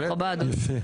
ברוך הבא, אדוני.